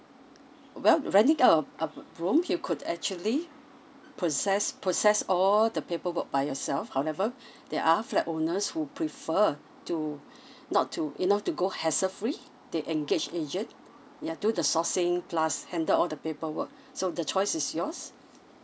well renting out of o~ room you could actually process process all the paperwork by yourself however there are flat owners who prefer to not to you know to go hassle free they engage agent yeah do the sourcing plus handle all the paperwork so the choice is yours